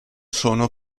sono